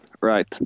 Right